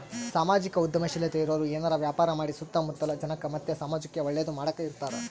ಸಾಮಾಜಿಕ ಉದ್ಯಮಶೀಲತೆ ಇರೋರು ಏನಾರ ವ್ಯಾಪಾರ ಮಾಡಿ ಸುತ್ತ ಮುತ್ತಲ ಜನಕ್ಕ ಮತ್ತೆ ಸಮಾಜುಕ್ಕೆ ಒಳ್ಳೇದು ಮಾಡಕ ಇರತಾರ